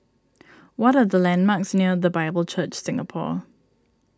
what are the landmarks near the Bible Church Singapore